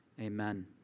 amen